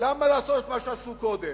למה לעשות את מה שעשו קודם.